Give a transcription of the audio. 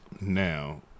Now